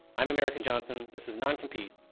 i'm emerican johnson. this is non-compete.